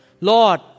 Lord